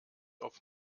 auf